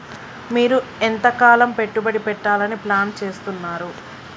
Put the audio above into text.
మీరు ఎంతకాలం పెట్టుబడి పెట్టాలని ప్లాన్ చేస్తున్నారు?